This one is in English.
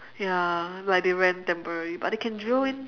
ya like they rent temporary but they can drill in